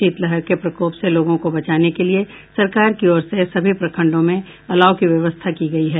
शीतलहर के प्रकोप से लोगों को बचाने के लिए सरकार की ओर से सभी प्रखंडों में अलाव की व्यवस्था की गयी है